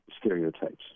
stereotypes